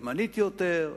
ימנית יותר,